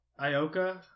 Ioka